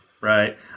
right